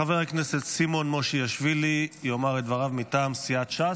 חבר הכנסת סימון מושיאשוילי יאמר את דבריו מטעם סיעת ש"ס.